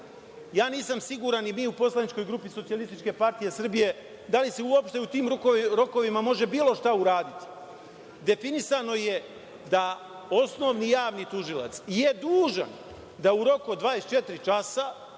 Nisam siguran i mi u poslaničkoj grupi Socijalističke partije Srbije, da li se uopšte u tim rokovima može bilo šta uraditi. Definisano je da osnovni javni tužilac je dužan da u roku od 24 časa